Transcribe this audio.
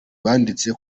banditse